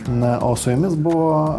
na o su jumis buvo